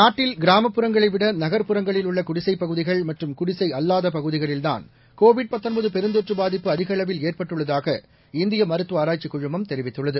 நாட்டில் கிராமப்புறங்களை விட நகர்ப்புறங்களில் உள்ள குடிசைப் பகுதிகள் மற்றும் குடிசை அல்லாத பகுதிகளில் தான் கோவிட் பெருந்தொற்று பாதிப்பு அதிகளவில் ஏற்பட்டுள்ளதாக இந்திய மருத்துவ ஆராய்ச்சிக் குழுமம் தெரிவித்துள்ளது